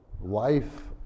life